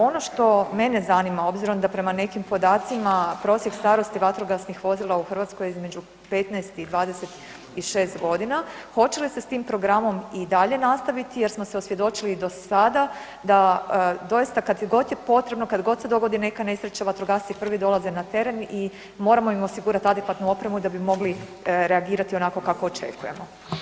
Ono što mene zanima obzirom da prema nekim podacima prosjek starosti vatrogasnih vozila u Hrvatskoj je između 15 i 26 g., hoće li se s tim programom i dalje nastaviti jer smo se osvjedočili do sada da doista kad god je potrebno, kad se dogodi neka nesreća, vatrogasci prvi dolaze na teren i moramo im osigurati adekvatnu opremu da bi mogli reagirati onako kako očekujemo?